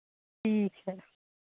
ठीक है